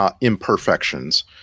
imperfections